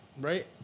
Right